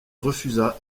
refusa